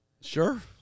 Sure